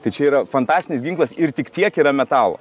tai čia yra fantastinis ginklas ir tik tiek yra metalo